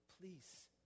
please